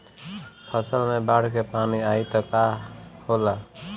फसल मे बाढ़ के पानी आई त का होला?